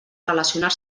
relacionar